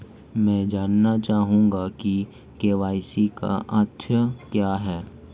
मैं जानना चाहूंगा कि के.वाई.सी का अर्थ क्या है?